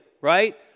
right